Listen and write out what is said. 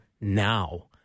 now